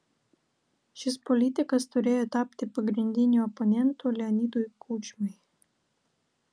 šis politikas turėjo tapti pagrindiniu oponentu leonidui kučmai